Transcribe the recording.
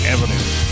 Avenue